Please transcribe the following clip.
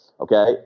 Okay